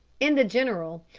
in the general,